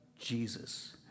Jesus